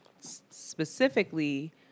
specifically